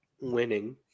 winning